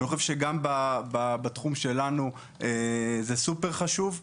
גם בתחום שלנו זה סופר חשוב.